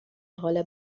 حال